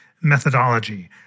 methodology